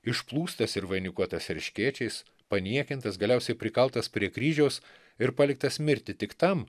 išplūstas ir vainikuotas erškėčiais paniekintas galiausiai prikaltas prie kryžiaus ir paliktas mirti tik tam